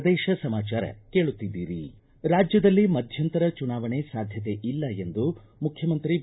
ಪ್ರದೇಶ ಸಮಾಚಾರ ಕೇಳುತ್ತಿದ್ದೀರಿ ರಾಜ್ಞದಲ್ಲಿ ಮಧ್ಯಂತರ ಚುನಾವಣೆ ಸಾಧ್ಯತೆ ಇಲ್ಲ ಎಂದು ಮುಖ್ಯಮಂತ್ರಿ ಬಿ